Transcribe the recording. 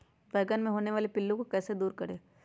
बैंगन मे होने वाले पिल्लू को कैसे दूर करें?